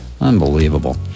Unbelievable